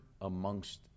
amongst